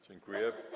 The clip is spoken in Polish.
Dziękuję.